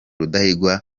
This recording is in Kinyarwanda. rudahigwa